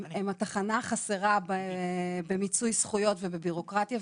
הם התחנה החסרה במיצוי הזכויות ובבירוקרטיה.